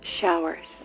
showers